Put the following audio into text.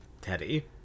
Teddy